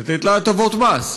לתת לה הטבות מס,